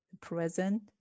present